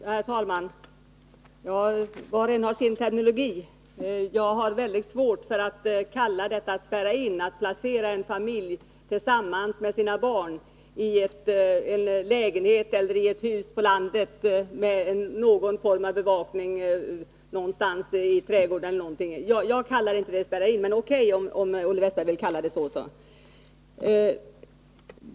Herr talman! Var och en har sin terminologi. Jag har väldigt svårt att kalla det för att spärra in, när man placerar en familj med barn i en lägenhet eller i ett hus på landet med någon form av bevakning någonstans i trädgården eller så. Jag kallar inte detta för att spärra in. Men det må vara O.K. om Olle Wästberg i Stockholm vill kalla det så.